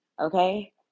Okay